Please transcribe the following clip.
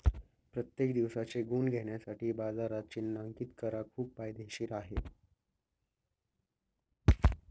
प्रत्येक दिवसाचे गुण घेण्यासाठी बाजारात चिन्हांकित करा खूप फायदेशीर आहे